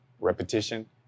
repetition